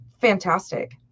fantastic